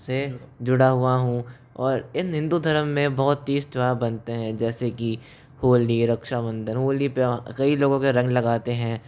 से जुड़ा हुआ हूँ और इन हिन्दू धर्म मैं बहुत तीज त्यौहार बनते हैं जैसे कि होली रक्षाबंधन होली पर कई लोगों के रंग लगाते हैं